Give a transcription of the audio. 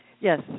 Yes